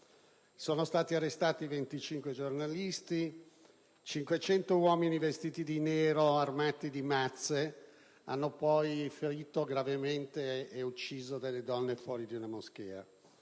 Sono stati arrestati 25 giornalisti e 500 uomini vestiti di nero e armati di mazze hanno ferito gravemente ed ucciso delle donne fuori da una moschea.